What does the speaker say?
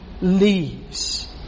leaves